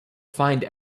find